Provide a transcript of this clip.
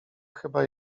chyba